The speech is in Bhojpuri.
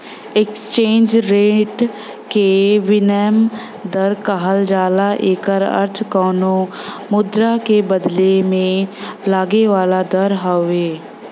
एक्सचेंज रेट के विनिमय दर कहल जाला एकर अर्थ कउनो मुद्रा क बदले में लगे वाला दर हउवे